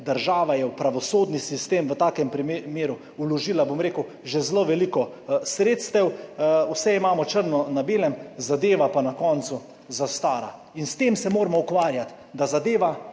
država je v pravosodni sistem v takem primeru vložila, bom rekel, že zelo veliko sredstev, vse imamo črno na belem, zadeva pa na koncu zastara. In s tem se moramo ukvarjati, da zadeva